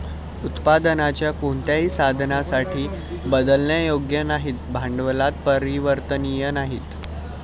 उत्पादनाच्या कोणत्याही साधनासाठी बदलण्यायोग्य नाहीत, भांडवलात परिवर्तनीय नाहीत